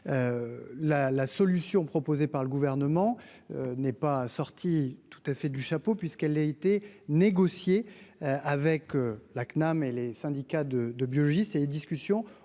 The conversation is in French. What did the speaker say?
la solution proposée par le gouvernement n'est pas sorti tout à fait du chapeau puisqu'elle a été négocié avec la CNAM et les syndicats de de biologie, ces discussions ont d'ores